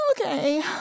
Okay